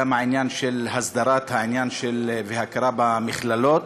גם העניין של הסדרת העניין והכרה במכללות.